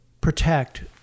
protect